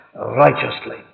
righteously